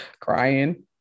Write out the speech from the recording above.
crying